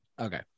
okay